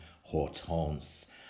Hortense